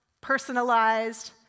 personalized